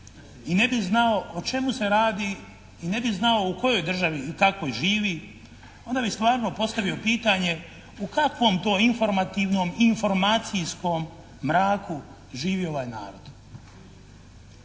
i ne bi znao o čemu se radi i ne bi znao u kojoj državi i kakvoj živi, onda bi stvarno postavio pitanje u kakvom tom informativnom i informacijskom mraku živi ovaj narod.